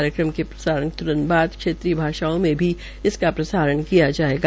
कार्यक्रम के प्रसारण के तुरंत बाद क्षेत्रीय भाषाओं में भी इसका प्रसारण किया जायेगा